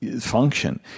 function